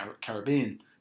Caribbean